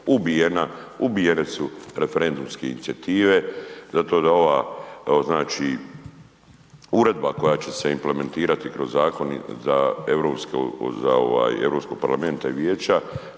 ubijeni su referendumske inicijative zato da ova znači uredba koja će se implementirati kroz zakoni za Europski parlamenta i Vijeća,